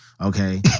okay